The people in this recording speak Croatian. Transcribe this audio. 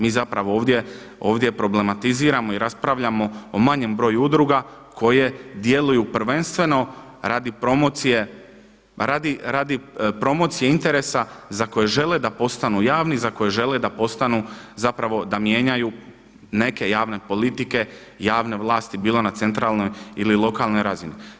Mi zapravo ovdje problematiziramo i raspravljamo o manjem broju udruga koje djeluju prvenstveno radi promocije, radi promocije interesa za koje žele da postanu javni, za koje žele da postanu zapravo da mijenjaju neke javne politike, javne vlasti bilo na centralnoj ili lokalnoj razini.